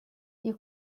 you